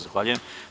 Zahvaljujem.